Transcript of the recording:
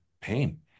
pain